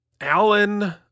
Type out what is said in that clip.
Alan